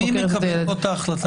מי מקבל פה את ההחלטה?